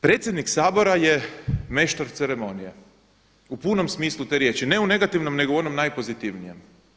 Predsjednik Sabora je meštar ceremonije, u punom smislu te riječi, ne u negativnom nego u onom najpozitivnijem.